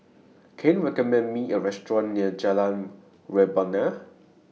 Can YOU recommend Me A Restaurant near Jalan Rebana